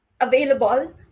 available